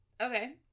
Okay